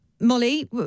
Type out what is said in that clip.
Molly